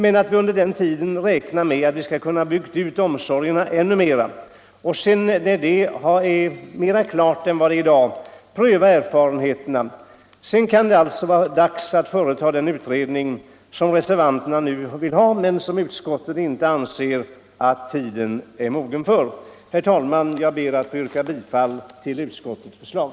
Under den tiden kan vi räkna med att omsorgen byggs ut ytterligare, och när detta är mera klart än i dag skall vi pröva erfarenheterna. Därefter kan det vara dags att företa den utredning som reservanterna nu vill ha men som utskottsmajoriteten inte anser att tiden är mogen för. Herr talman! Jag ber att få yrka bifall till utskottets förslag.